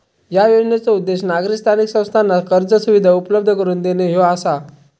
या योजनेचो उद्देश नागरी स्थानिक संस्थांना कर्ज सुविधा उपलब्ध करून देणे ह्यो आसा